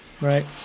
right